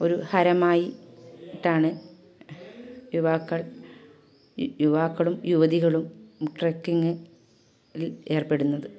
ഒരു ഹരമായിട്ടാണ് യുവാക്കൾ യുവാക്കളും യുവതികളും ട്രക്കിങ് ഇൽ ഏർപ്പെടുന്നത്